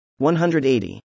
180